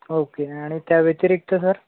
okay आणि त्याव्यतिरिक्त sir